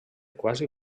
quasi